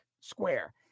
square